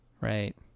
Right